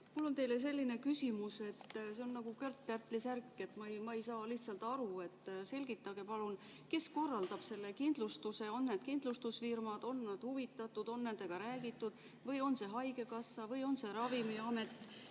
Mul on teile selline küsimus, et see on nagu Kört-Pärtli särk, ma ei saa lihtsalt aru. Selgitage, palun, kes korraldab selle kindlustuse! On need kindlustusfirmad, on nad huvitatud, on nendega räägitud? Või on see haigekassa või on see Ravimiamet?